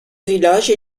villages